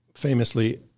Famously